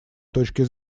точки